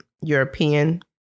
European